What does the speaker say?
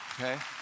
Okay